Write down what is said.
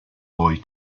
boy